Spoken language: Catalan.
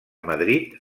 madrid